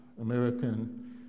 American